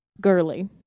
girly